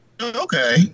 Okay